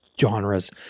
genres